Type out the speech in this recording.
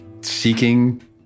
seeking